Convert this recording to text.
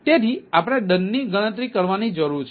તેથી આપણે દંડની ગણતરી કરવાની જરૂર છે